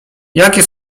jakie